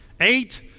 Eight